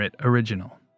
original